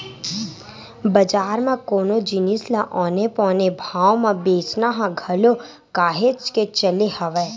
बजार म कोनो जिनिस ल औने पौने भाव म बेंचना ह घलो काहेच के चले हवय